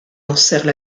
lancèrent